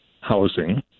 housing